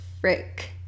frick